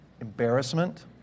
Embarrassment